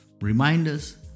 reminders